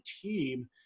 team